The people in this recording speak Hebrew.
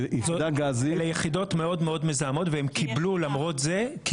אלו יחידות מאוד מזהמות ולמרות זה הן